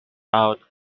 out